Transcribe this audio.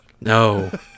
No